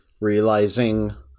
realizing